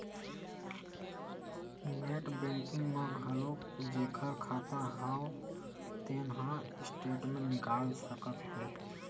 net banking म घलोक जेखर खाता हव तेन ह स्टेटमेंट निकाल सकत हे